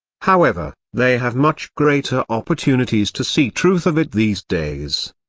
however, they have much greater opportunities to see truth of it these days.